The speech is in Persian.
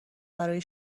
برای